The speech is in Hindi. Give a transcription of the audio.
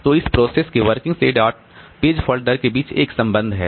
तो इस प्रोसेस के वर्किंग सेट और पेज फॉल्ट दर के बीच एक संबंध है